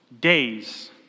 days